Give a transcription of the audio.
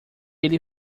ele